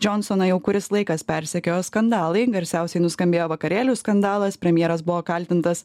džionsoną jau kuris laikas persekiojo skandalai garsiausiai nuskambėjo vakarėlių skandalas premjeras buvo kaltintas